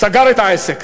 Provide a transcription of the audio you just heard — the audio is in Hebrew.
סגר את העסק.